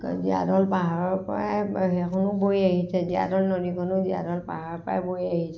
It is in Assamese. জীয়া ঢল পাহাৰৰ পৰাই সেইখনো বৈ আহিছে জীয়া ঢল নদীখনো জীয়া ঢল পাহাৰৰ পৰাই বৈ আহিছে